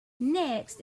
next